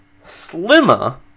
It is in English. slimmer